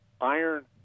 iron